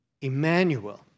Emmanuel